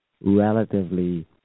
relatively